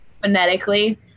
phonetically